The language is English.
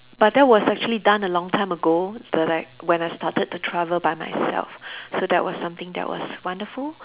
but that was actually done a long time ago the like when I started to travel by myself so that was something that was wonderful